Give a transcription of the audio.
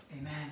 Amen